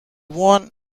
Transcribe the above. won